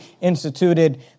instituted